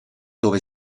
dove